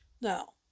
Now